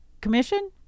Commission